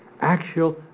actual